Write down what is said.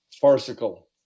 farcical